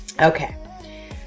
Okay